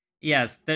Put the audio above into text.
Yes